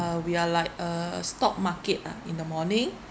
uh we are like uh stock market ah in the morning